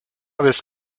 vez